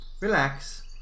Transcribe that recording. relax